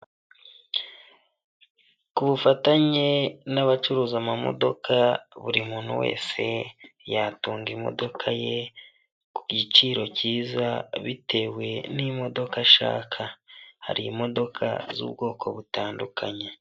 Ku bufatanye n'abacuruza amamodoka buri muntu wese yatunga imodoka ye ku giciro cyiza bitewe n'imodoka ashaka. Hari imodoka z'ubwoko butandukanye.